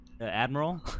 Admiral